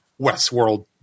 Westworld